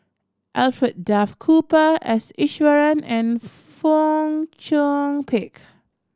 Alfred Duff Cooper S Iswaran and Fong Chong Pik